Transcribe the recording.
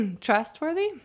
trustworthy